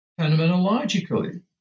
Phenomenologically